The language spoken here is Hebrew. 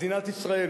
מדינת ישראל,